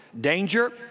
Danger